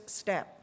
step 。